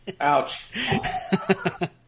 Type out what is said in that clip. Ouch